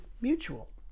mutual